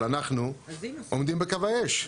אבל אנחנו עומדים בקו האש.